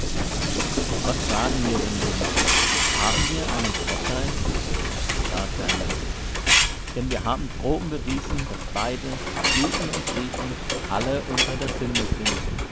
was sagen wir denn nun haben wir einen vorteil gar keinen denn wir haben droben bewiesen daß beide juden und griechen alle unter der sünde sind